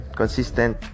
consistent